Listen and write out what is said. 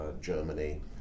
Germany